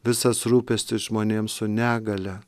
visas rūpestis žmonėms su negalia